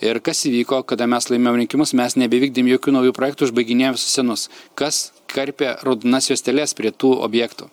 ir kas įvyko kada mes laimėjom rinkimus mes nebevykdėm jokių naujų projektų užbaiginėjom visus senus kas karpė raudonas juosteles prie tų objektų